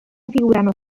figurano